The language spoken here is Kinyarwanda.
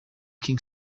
kim